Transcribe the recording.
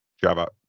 Java